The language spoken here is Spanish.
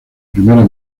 primera